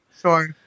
Sure